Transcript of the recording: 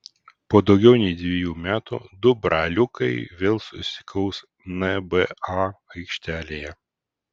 po daugiau nei dviejų metų du braliukai vėl susikaus nba aikštelėje